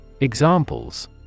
Examples